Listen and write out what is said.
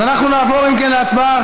אז אנחנו נעבור, אם כן, להצבעה.